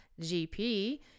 GP